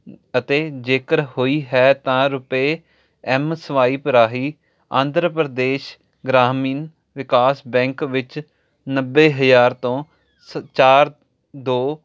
ਅਤੇ ਜੇਕਰ ਹੋਈ ਹੈ ਤਾਂ ਰੁਪਏ ਐੱਮ ਸਵਾਈਪ ਰਾਹੀਂ ਆਂਧਰਾ ਪ੍ਰਦੇਸ਼ ਗ੍ਰਾਮੀਣ ਵਿਕਾਸ ਬੈਂਕ ਵਿੱਚ ਨੱਬੇ ਹਜ਼ਾਰ ਤੋਂ ਚਾਰ ਦੋ